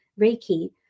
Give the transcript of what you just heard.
Reiki